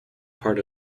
part